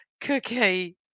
Cookie